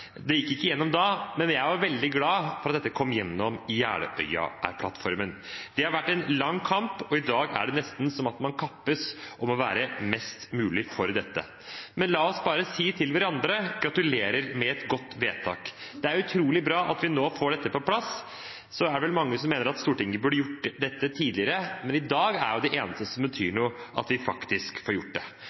Det gikk ikke gjennom da, men jeg var veldig glad for at dette kom i Jeløya-plattformen. Det har vært en lang kamp, og i dag er det nesten som om man kappes om å være mest mulig for dette. La oss bare si til hverandre: Gratulerer med et godt vedtak! Det er utrolig bra at vi nå får dette på plass. Så er det vel mange som mener at Stortinget burde gjort dette tidligere, men i dag er det eneste som betyr noe, at vi faktisk får gjort det.